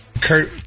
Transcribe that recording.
Kurt